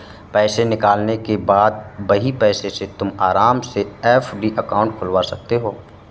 पैसे निकालने के बाद वही पैसों से तुम आराम से एफ.डी अकाउंट खुलवा सकते हो